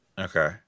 Okay